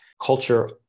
culture